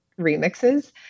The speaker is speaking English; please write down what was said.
remixes